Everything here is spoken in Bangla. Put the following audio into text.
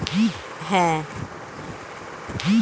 অনেক রকমের পোল্ট্রি ব্রিড আসিল, চিটাগাং, বুশরা আমরা পাবো